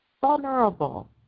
vulnerable